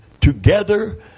together